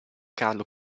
carlo